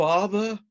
Father